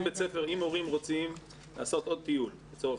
אם הורים רוצים לעשות עוד טיול לצורך